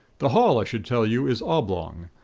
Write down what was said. the hall i should tell you is oblong.